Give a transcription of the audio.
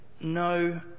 no